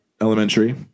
Elementary